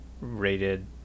rated